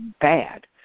bad